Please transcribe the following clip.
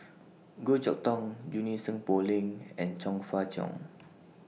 Goh Chok Tong Junie Sng Poh Leng and Chong Fah Cheong